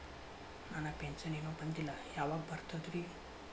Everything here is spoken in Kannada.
ನನ್ನ ಪೆನ್ಶನ್ ಇನ್ನೂ ಬಂದಿಲ್ಲ ಯಾವಾಗ ಬರ್ತದ್ರಿ?